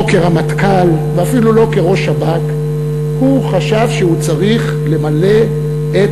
כרמטכ"ל ואפילו כראש שב"כ הוא חשב שהוא צריך למלא את